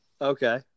Okay